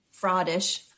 fraudish